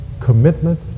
commitment